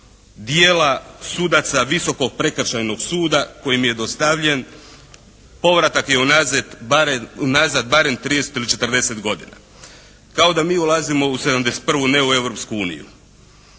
dijela sudaca Visokog prekršajnog suda koji im je dostavljen povratak je unazad barem trideset ili četrdeset godina. Kao da mi ulazimo u '71. a ne u Europsku uniju.